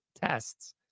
tests